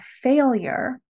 failure